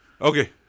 Okay